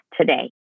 today